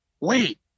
wait